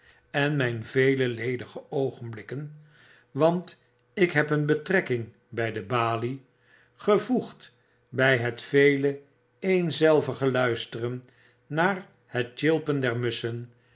en myn veleledigeoogenblikkenwant ik heb een betrekking bij de balie gevoegd bij het vele eenzelvige luisteren naar net tjilpen der musschen